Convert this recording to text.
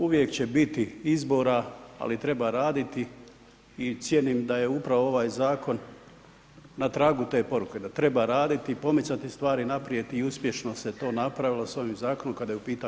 Uvijek će biti izbora, ali treba raditi i cijenim da je upravo ovaj zakon na tragu te poruke da treba raditi i pomicati stvari naprijed i uspješno se to napravilo s ovim zakonom kada je u pitanju Vukovar.